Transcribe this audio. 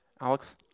Alex